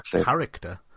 character